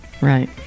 Right